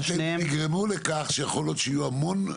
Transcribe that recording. אז שהם יגרמו לכך שיכול להיות שיהיו המון.